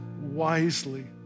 wisely